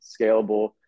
scalable